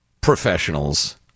professionals